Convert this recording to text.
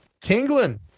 Tingling